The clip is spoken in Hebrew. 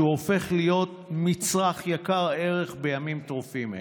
שהופך להיות מצרך יקר ערך בימים טרופים אלה.